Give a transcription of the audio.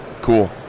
Cool